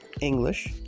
English